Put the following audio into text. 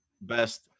best